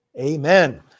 Amen